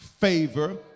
favor